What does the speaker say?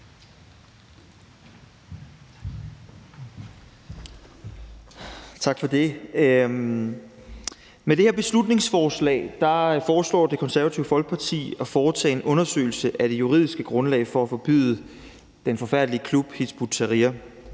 Tak for det. Med det her beslutningsforslag foreslår Det Konservative Folkeparti, at der foretages en undersøgelse af det juridiske grundlag for at forbyde den forfærdelige klub Hizb ut-Tahrir.